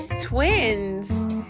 twins